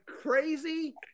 crazy